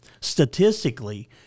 statistically